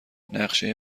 نقشه